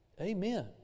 Amen